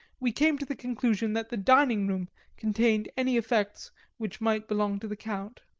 we came to the conclusion that the dining-room contained any effects which might belong to the count